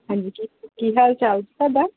ਹਾਂਜੀ ਕੀ ਕੀ ਹਾਲ ਚਾਲ ਤੁਹਾਡਾ